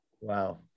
Wow